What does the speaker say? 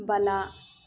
ಬಲ